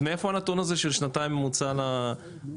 אז מאיפה הנתון הזה של שנתיים ממוצע למאסר?